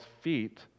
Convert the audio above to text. feet